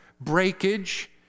breakage